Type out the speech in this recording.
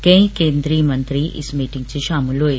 केई केन्द्री मंत्री इस मीटिंग च शामल होए